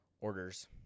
orders